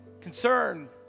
concern